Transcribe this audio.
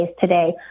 today